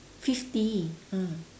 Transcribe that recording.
fifty ah